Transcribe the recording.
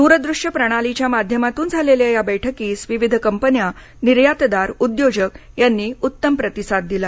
द्रदृश्य प्रणालीच्या माध्यमातून झालेल्या या बैठकीस विविध कंपन्या निर्यातदार उद्योजक यांनी उत्तम प्रतिसाद दिला